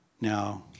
Now